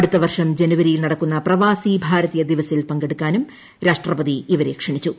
അടുത്ത വർഷം ജനുവരിയിൽ നടക്കുന്ന പ്രവാസി ഭാരതീയ ദിവസിൽ പങ്കെടുക്കാനും രാഷ്ട്രപതി ഇവരെ ക്ഷണിച്ചു